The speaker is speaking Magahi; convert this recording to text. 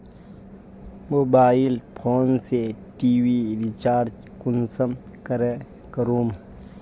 मोबाईल फोन से टी.वी रिचार्ज कुंसम करे करूम?